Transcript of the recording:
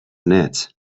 net